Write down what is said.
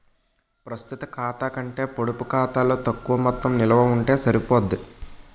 ప్రస్తుత ఖాతా కంటే పొడుపు ఖాతాలో తక్కువ మొత్తం నిలవ ఉంటే సరిపోద్ది